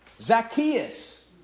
Zacchaeus